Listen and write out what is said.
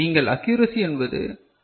நீங்கள் அக்யூரசி என்பது 0